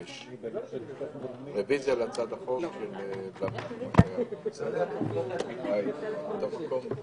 14:10.